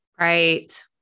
Right